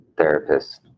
therapist